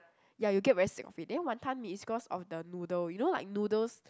ya you'll get very sick of it then Wanton Mee is cause of the noodle you know like noodles